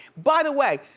by the way,